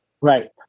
Right